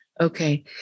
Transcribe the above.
Okay